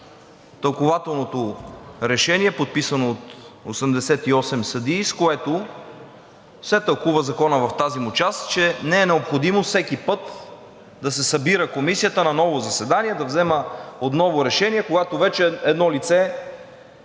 тълкувателното решение, подписано от 88 съдии, с което се тълкува Законът в тази му част, че не е необходимо всеки път да се събира Комисията на ново заседание да взема отново решение, когато вече едно лице е